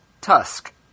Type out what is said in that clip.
Tusk